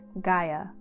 Gaia